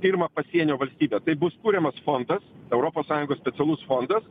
pirmą pasienio valstybę tai bus kuriamas fondas europos sąjungos specialus fondas